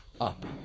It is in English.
up